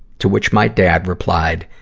to which my dad replied,